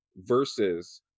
versus